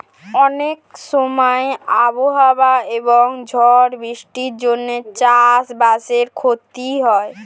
অনেক সময় আবহাওয়া এবং ঝড় বৃষ্টির জন্যে চাষ বাসের ক্ষতি হয়